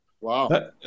Wow